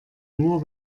nur